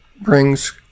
brings